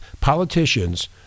politicians